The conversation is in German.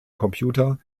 computer